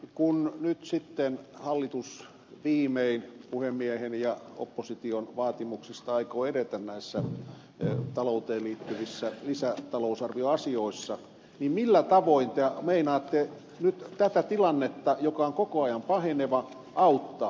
kun nyt sitten hallitus viimein puhemiehen ja opposition vaatimuksesta aikoo edetä näissä talouteen liittyvissä lisätalousarvioasioissa niin millä tavoin te meinaatte nyt tätä tilannetta joka on koko ajan paheneva auttaa